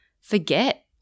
forget